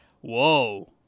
Whoa